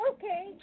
okay